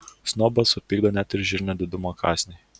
snobą supykdo net ir žirnio didumo kąsniai